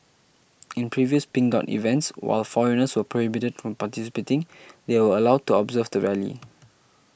in previous Pink Dot events while foreigners were prohibited from participating they were allowed to observe the rally